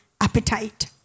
appetite